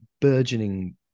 burgeoning